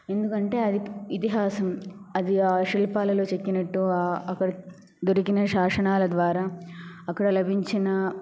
ఎందుకంటే అది ఇతిహాసం అది ఆ శిల్పాలలో చెక్కినట్టు అక్కడ దొరికిన శాసనాలు ద్వారా అక్కడ లభించిన